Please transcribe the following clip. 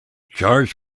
charged